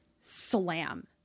slam